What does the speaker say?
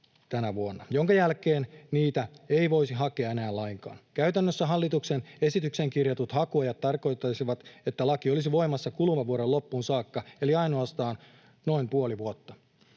joiden jälkeen niitä ei voisi hakea enää lainkaan. Käytännössä hallituksen esitykseen kirjatut hakuajat tarkoittaisivat, että laki olisi voimassa kuluvan vuoden loppuun saakka eli ainoastaan noin puoli vuotta.